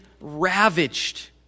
ravaged